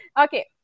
Okay